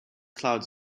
clouds